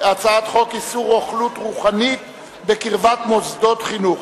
הצעת חוק איסור רוכלות רוחנית בקרבת מוסדות חינוך,